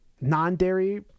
non-dairy